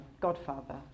godfather